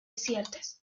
ciertas